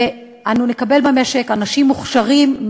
ואנו נקבל במשק אנשים מוכשרים,